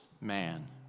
man